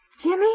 Jimmy